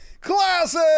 Classic